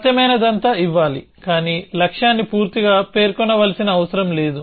సత్యమైనదంతా ఇవ్వాలి కానీ లక్ష్యాన్ని పూర్తిగా పేర్కొనవలసిన అవసరం లేదు